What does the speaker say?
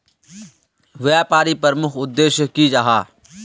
व्यापारी प्रमुख उद्देश्य की जाहा?